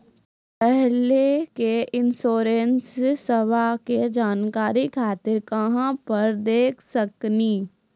पहले के इंश्योरेंसबा के जाने खातिर कहां पर देख सकनी?